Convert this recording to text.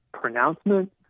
pronouncement